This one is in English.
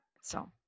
So-